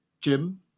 jim